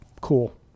cool